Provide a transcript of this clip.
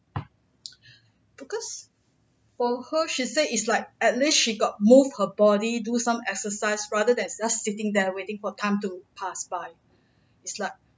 because for her she says is like at least she got move her body do some exercise rather than just sitting there waiting for time to pass by is like